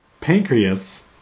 Pancreas